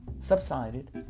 subsided